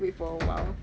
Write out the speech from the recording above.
wait for a while